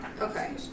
Okay